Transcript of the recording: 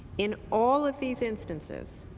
in all of these instances,